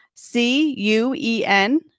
C-U-E-N